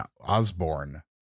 Osborne